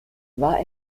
war